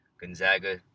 Gonzaga